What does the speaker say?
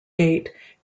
gate